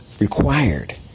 Required